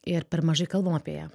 ir per mažai kalbam apie ją